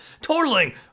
totaling